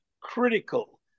critical